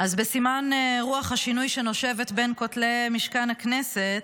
בסימן רוח השינוי שנושבת בין כותלי משכן הכנסת,